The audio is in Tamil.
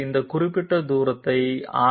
இந்த குறிப்பிட்ட தூரத்தை Rt